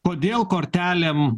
kodėl kortelėm